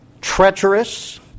treacherous